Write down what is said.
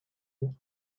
you